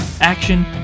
action